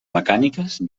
mecàniques